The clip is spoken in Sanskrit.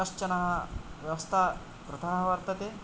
कश्चनः व्यवस्था प्रथा वर्तते